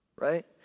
Right